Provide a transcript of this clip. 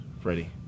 Freddie